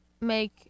make